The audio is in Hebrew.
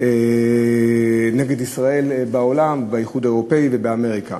נגד ישראל בעולם ובאיחוד האירופי ובאמריקה.